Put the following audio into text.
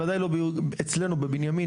ובוודאי לא אצלנו בבנימין,